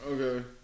Okay